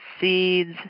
seeds